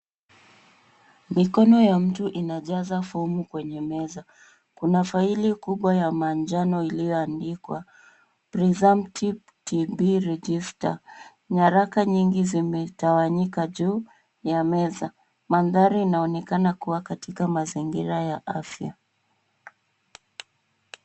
Mikono ya mtu inajaza fomu kwenye meza. Kuna faili kubwa ya manjano iliyoandikwa presumtive TB register . Nyaraka nyingi zimetawanyika juu ya meza. Mandhari inaonekana katika mazingira ya afya.